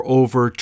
over